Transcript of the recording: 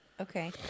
okay